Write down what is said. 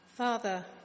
Father